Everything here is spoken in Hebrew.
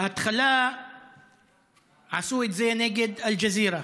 בהתחלה עשו את זה נגד אל-ג'זירה.